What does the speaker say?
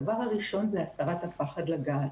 הדבר הראשון זה הסרת הפחד לגעת.